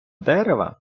дерева